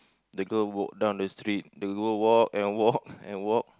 the girl walked down the street the girl walked and walked and walked